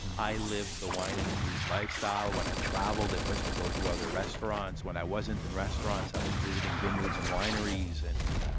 and i lived the wine and food lifestyle. when i traveled it was to go to other restaurants. when i wasn't in restaurants i was in vineyards and wineries and